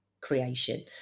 creation